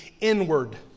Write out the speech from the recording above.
inward